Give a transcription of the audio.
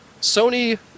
Sony